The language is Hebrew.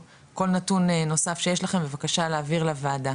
כל נתון נוסף שיש לכם בבקשה להעביר לוועדה.